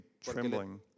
trembling